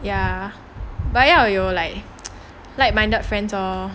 ya but 要有 like like minded friends lor